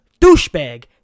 Douchebag